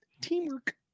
Teamwork